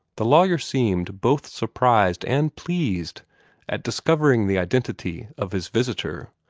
the lawyer seemed both surprised and pleased at discovering the identity of his visitor,